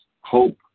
hope